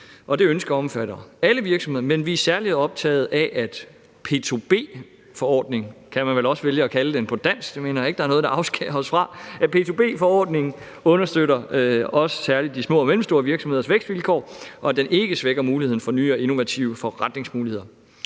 omfatter alle virksomheder. Men vi er særlig optaget af, at P2B-forordningen – det kan man vel også vælge at kalde den på dansk; det mener jeg ikke der er noget der afskærer os fra – også understøtter særlig de små og mellemstore virksomheders vækstvilkår, og at den ikke svækker muligheden for nye og innovative forretningsmuligheder.